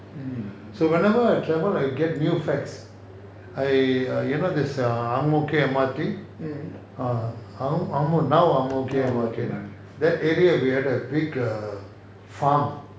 so whenever I travel I get new facts I err you know this err ang mo kio M_R_T ah ang mo~ now ang mo kio that area we had a pig farm